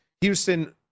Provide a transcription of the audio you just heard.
Houston –